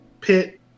pit